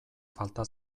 falta